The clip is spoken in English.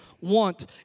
want